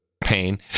pain